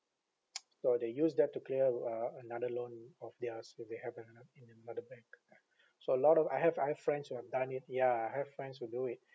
so they use that to clear uh another loan of theirs if they have another in another bank ya so a lot of I have I have friends who have done it ya I have friends who do it